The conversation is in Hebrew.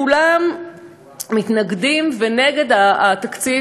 כולם מתנגדים ונגד התקציב,